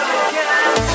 again